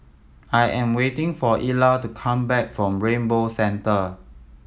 I am waiting for Ella to come back from Rainbow Centre